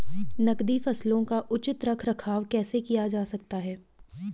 नकदी फसलों का उचित रख रखाव कैसे किया जा सकता है?